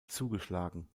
zugeschlagen